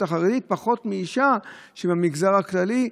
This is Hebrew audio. החרדית פחות מלאישה שהיא מהמגזר הכללי.